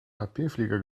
papierflieger